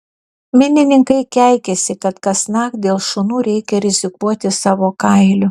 minininkai keikiasi kad kasnakt dėl šunų reikia rizikuoti savo kailiu